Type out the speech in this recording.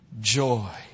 joy